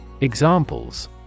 Examples